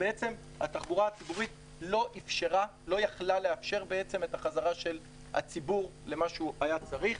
שהתחבורה הציבורית לא יכלה לאפשר את החזרה של הציבור למה שהוא היה צריך.